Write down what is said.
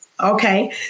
Okay